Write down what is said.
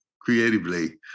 creatively